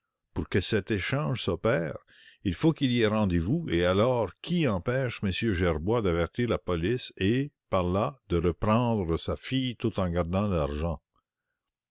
pour que cet échange s'opère il faut qu'il y ait rendez-vous et alors qui empêche m gerbois d'avertir la police et par là de reprendre sa fille tout en gardant l'argent